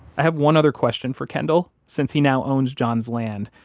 i have one other question for kendall since he now owns john's land,